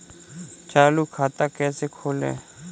चालू खाता कैसे खोलें?